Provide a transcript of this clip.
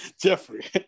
Jeffrey